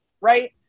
Right